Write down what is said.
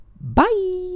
Bye